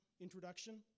introduction